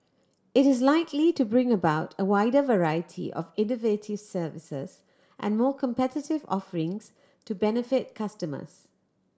it is likely to bring about a wider variety of innovative services and more competitive offerings to benefit customers